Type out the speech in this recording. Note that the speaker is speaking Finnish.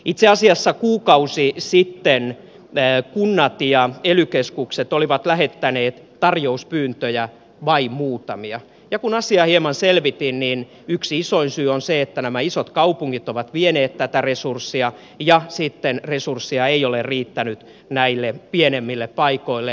itse asiassa kuukausi sitten kunnat ja ely keskukset olivat lähettäneet tarjouspyyntöjä vain muutamia ja kun asiaa hieman selvitin niin yksi isoin syy on se että nämä isot kaupungit ovat vieneet tätä resurssia ja sitten resursseja ei ole riittänyt näille pienemmille paikoille